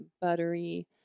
buttery